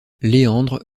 léandre